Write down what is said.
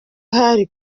hari